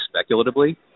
speculatively